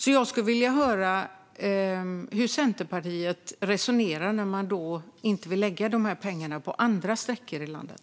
Hur resonerar Centerpartiet när de inte vill lägga de pengarna på andra sträckor i landet?